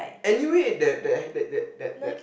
anyway the the that that that